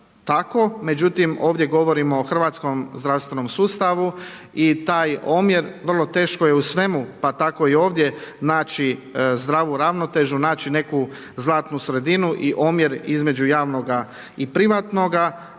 Međutim, ovdje govorimo o hrvatskom zdravstvenom sustavu i taj omjer vrlo teško je u svemu, pa tako i ovdje naći zdravu ravnotežu, naći neku zlatnu sredinu i omjer između javnoga i privatnoga.